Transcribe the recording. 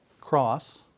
cross